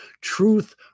truth